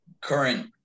current